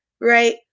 right